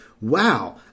wow